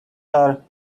are